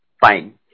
Fine